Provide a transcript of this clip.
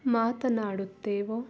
ಮಾತನಾಡುತ್ತೇವೋ